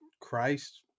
Christ